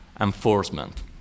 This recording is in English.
enforcement